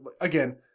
again